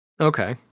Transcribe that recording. Okay